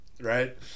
right